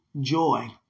joy